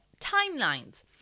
timelines